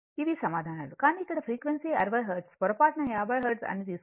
ఇవి సమాధానాలు కానీ ఇక్కడ ఫ్రీక్వెన్సీ 60 హెర్ట్జ్ పొరపాటున 50 హెర్ట్జ్ అని తీసుకోవద్దు